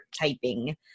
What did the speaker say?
typing